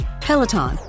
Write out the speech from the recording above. Peloton